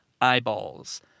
eyeballs